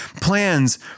Plans